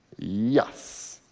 yes.